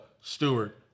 Stewart